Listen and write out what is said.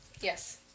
Yes